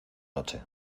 noche